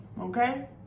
okay